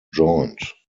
joint